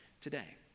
today